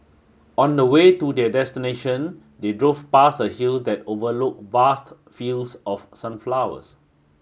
on the way to their destination they drove past a hill that overlook vast fields of sunflowers